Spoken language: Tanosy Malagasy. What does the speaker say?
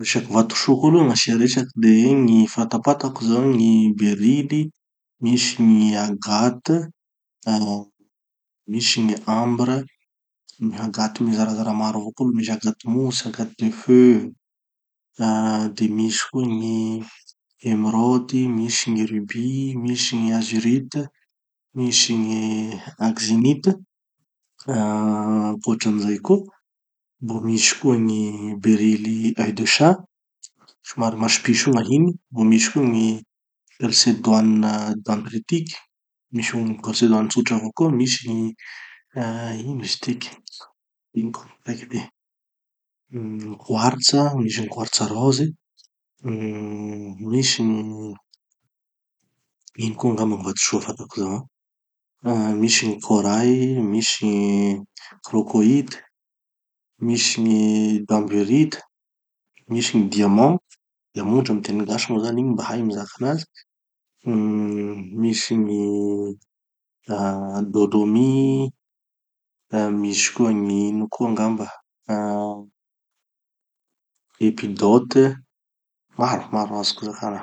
Resaky vatosoa koa aloha gn'asia resaky de gny fantapatako zao gny béril, misy gny agathe, ah misy gny ambre, gny agathes io mizarazara maro avao koa aloha, misy agathe mousse, agathe de feu, ah de misy koa gny emeraude, misy gny rubi, misy gny azurite, misy gny axymite, hotranizay koa. Mbo misy koa gny béryl oeil de chat, somary maso piso io gn'ahiny, mbo misy koa calcédoine ah dentritiques, misy gny calcédoine tsotra avao koa, misy gny ah ino izy tiky, ino koa raiky ty, quartz, misy gny quartz rose, uhm misy gny, ino koa angamba gny vatosoa fantako zao, misy gny corrailles, misy gny crocoites, misy gny danburite, misy gny diamant, diamondra amy teny gasy moa zany, igny mba hay gny mizaka anazy, misy gny ah aldonomie, misy koa gny ino koa angamba, ah epidotes, maro maro azo zakana.